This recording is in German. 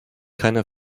keine